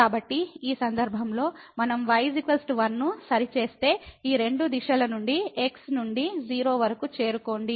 కాబట్టి ఈ సందర్భంలో మనం y 1 ను సరిచేస్తే ఈ రెండు దిశల నుండి x నుండి 0 వరకు చేరుకోండి